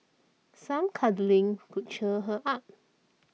some cuddling could cheer her up